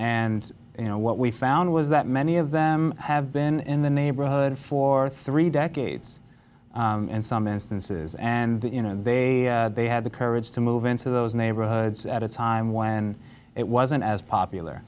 and you know what we found was that many of them have been in the neighborhood for three decades in some instances and the in and they they had the courage to move into those neighborhoods at a time when it wasn't as popular